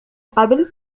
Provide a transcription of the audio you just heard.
قبل